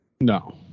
No